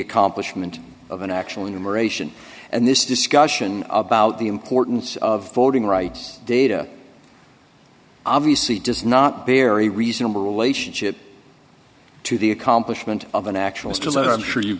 accomplishment of an actual enumeration and this discussion about the importance of voting rights data obviously does not very reasonable relationship to the accomplishment of an actual still that i'm sure you've